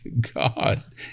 God